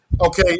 okay